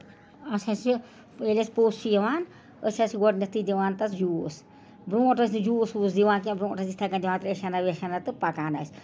اَسہِ حظ یہِ ؤرِیَس پوٚژھ چھِ یِوان أسۍ حظ چھِ گۄڈنٮ۪تھٕے دِوان تَس جوٗس برٛونٛٹھ ٲسۍ نہٕ جوٗس ووٗس دِوان کیٚنہہ برٛونٛٹھ ٲسۍ یِتھَے کٔنۍ دِوان تریش ہنہ ویش ؤہنہ تہٕ پَکان ٲسۍ